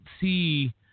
see